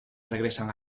regresan